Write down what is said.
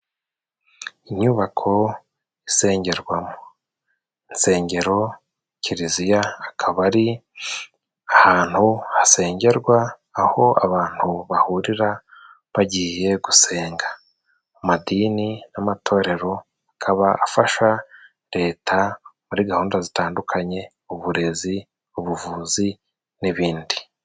Inyubako isengerwamo, insengero, kiliziya akaba ari ahantu hasengerwa, aho abantu bahurira bagiye gusenga. Amadini n'amatorero akaba afasha Leta muri gahunda zitandukanye, uburezi, ubuvuzi n'ibindi.